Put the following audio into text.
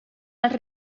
els